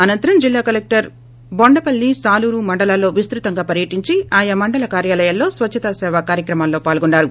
అనంతరం జిల్లా కలెక్టర్ బొండపల్లి సాలూరు మండలాల్లో విస్తృతంగా పర్యటించి ఆయా మండల కార్యాలయాల్లో స్వచ్చతసేవా కార్యక్రమలలో పాల్గొన్నారు